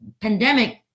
pandemic